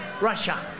Russia